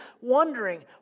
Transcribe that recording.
wondering